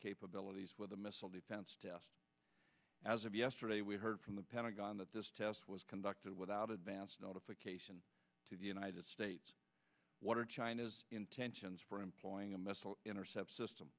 capabilities with the missile defense test as of yesterday we heard from the pentagon that this test was conducted without advance notification to the united states what are china's intentions for employing a missile interceptor system